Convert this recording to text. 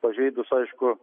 pažeidus aišku